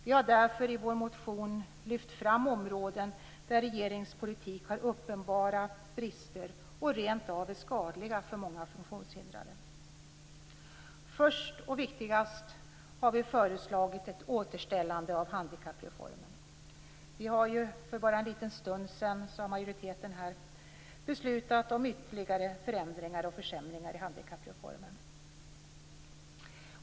Vi har därför i vår motion lyft fram områden där regeringens politik har uppenbara brister och rentav är skadliga för många funktionshindrade. Först och viktigast har vi föreslagit ett återställande av handikappreformen. För bara en liten stund sedan har majoriteten beslutat om ytterligare förändringar och försämringar i handikappreformen.